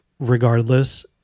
regardless